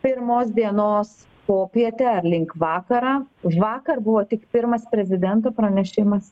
pirmos dienos popietę ar link vakarą vakar buvo tik pirmas prezidento pranešimas